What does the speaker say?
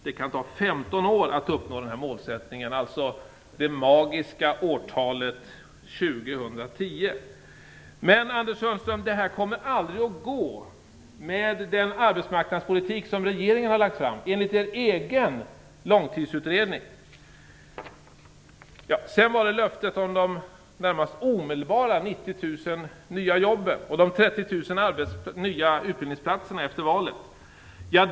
Det kan ta 15 år att uppnå den här målsättningen, dvs. till det magiska årtalet 2010. Men, Anders Sundström, det kommer enligt er egen långtidsutredning aldrig att gå med den arbetsmarknadspolitik som regeringen har lagt fram. Sedan var det löftet om de närmast omedelbara 90 000 nya jobb och 30 000 nya utbildningsplatser efter valet.